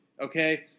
okay